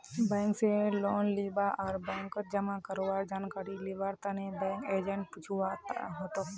bank स loan लीबा आर बैंकत जमा करवार जानकारी लिबार तने बैंक एजेंटक पूछुवा हतोक